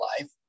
life